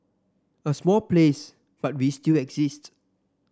a small place but we still exist